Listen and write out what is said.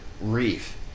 reef